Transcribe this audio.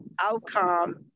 outcome